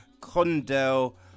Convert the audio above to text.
Condell